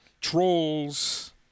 Trolls